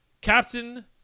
Captain